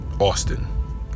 Austin